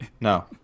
No